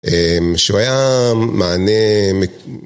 שהוא היה מענה